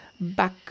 back